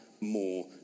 more